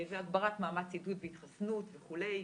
והגברת מאמץ עידוד התחסנות וכולי,